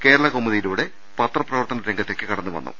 കേരള കൌമു ദിയിലൂടെ പത്രപ്രവർത്തന രംഗത്തേക്ക് കടന്നുവന്നു